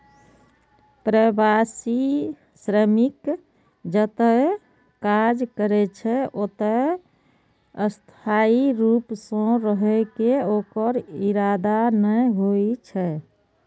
प्रवासी श्रमिक जतय काज करै छै, ओतय स्थायी रूप सं रहै के ओकर इरादा नै होइ छै